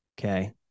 Okay